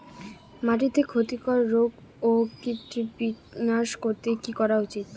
মাটিতে ক্ষতি কর রোগ ও কীট বিনাশ করতে কি করা উচিৎ?